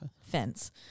fence